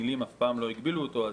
המילים אף פעם לא הגבילו אותו.